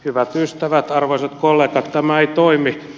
hyvät ystävät arvoisat kollegat tämä ei toimi